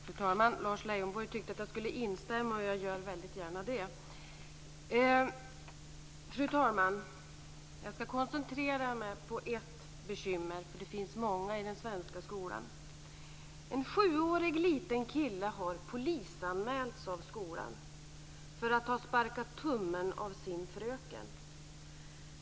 Fru talman! Lars Leijonborg tyckte att jag skulle instämma, och jag gör väldigt gärna det. Jag skall koncentrera mig på ett bekymmer, för det finns många i den svenska skolan. En sjuårig liten kille har polisanmälts av skolan för att ha sparkat tummen av sin fröken.